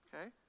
okay